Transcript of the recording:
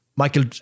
Michael